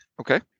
Okay